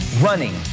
Running